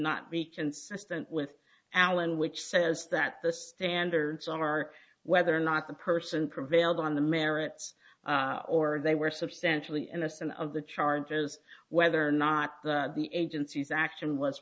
not be consistent with allen which says that the standards are whether or not the person prevailed on the merits or they were substantially innocent of the charges whether or not the agency's action was